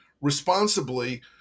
responsibly